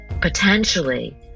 potentially